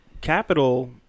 capital